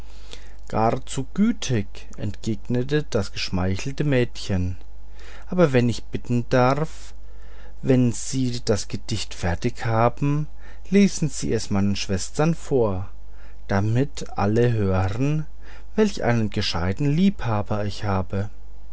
gar zu gütig entgegnete das geschmeichelte mädchen aber wenn ich bitten darf wenn sie das gedicht fertig haben st lesen sie es meinen schwestern vor damit alle hören welch einen gescheiten liebhaber ich habe